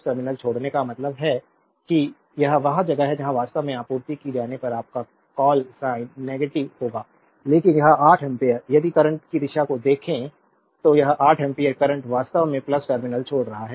terminal छोड़ने का मतलब है कि यह वह जगह है जहां वास्तव में आपूर्ति की जाने पर आपका कॉल साइन नेगेटिव होगा क्योंकि यह 8 एम्पीयर यदि करंट की दिशा को देखें तो यह 8 एम्पीयर करंट वास्तव में टर्मिनल छोड़ रहा है